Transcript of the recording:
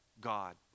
God